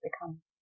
become